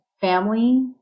family